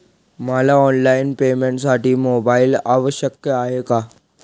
मला ऑनलाईन पेमेंटसाठी मोबाईल आवश्यक आहे का?